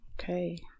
Okay